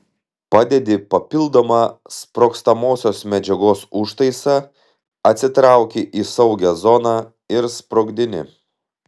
padedi papildomą sprogstamosios medžiagos užtaisą atsitrauki į saugią zoną ir sprogdini